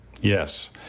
Yes